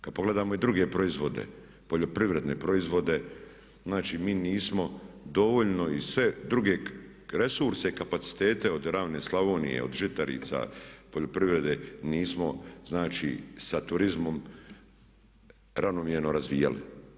Kad pogledamo i druge proizvode, poljoprivredne proizvode znači mi nismo dovoljno, i sve druge resurse, kapacitete od ravne Slavonije, od žitarica, poljoprivrede, nismo znači sa turizmom ravnomjerno razvijali.